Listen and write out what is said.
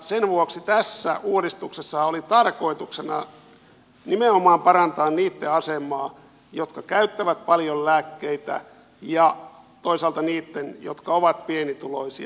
sen vuoksi tässä uudistuksessahan oli tarkoituksena nimenomaan parantaa niitten asemaa jotka käyttävät paljon lääkkeitä ja toisaalta niitten asemaa jotka ovat pienituloisia